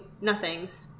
nothings